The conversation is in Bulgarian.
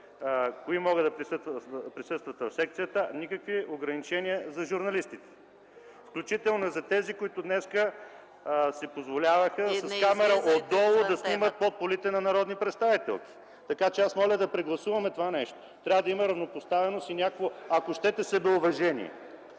кои могат да присъстват в секцията, а никакви ограничения за журналистите! Включително и за тези, които днес си позволяваха да снимат отдолу, под полите на народните представителки. Така че аз моля да прегласуваме това. Трябва да има равнопоставеност и, ако щете, самоуважение.